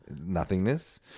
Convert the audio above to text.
nothingness